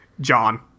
John